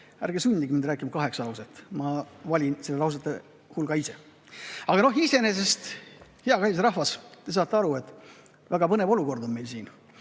Ärge sundige mind rääkima kaheksat lauset, ma valin lausete hulga ise. Aga iseenesest, hea kallis rahvas, te saate aru, et väga põnev olukord on meil siin.